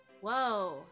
Whoa